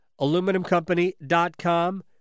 AluminumCompany.com